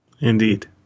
Indeed